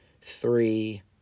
three